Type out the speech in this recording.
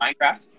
Minecraft